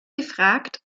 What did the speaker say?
gefragt